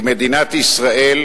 כי מדינת ישראל